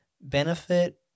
benefit